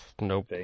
Nope